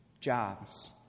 Jobs